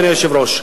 אדוני היושב-ראש.